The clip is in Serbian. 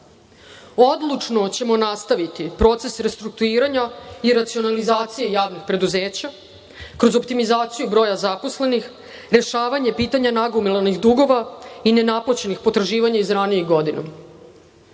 Odlučno ćemo nastaviti proces restrukturiranja i racionalizacije javnih preduzeća kroz optimizaciju broja zaposlenih, rešavanje pitanja nagomilanih dugova i ne naplaćenih potraživanja iz ranijih